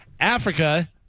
Africa